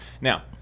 Now